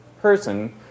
person